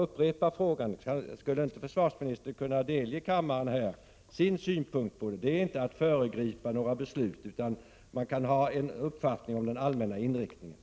När kan allmänheten förvänta sig att regeringen ställer sådana resurser till försvarets förfogande att främmande ubåtar i högre grad hindras från att tränga sig in i svenska skärgårdar?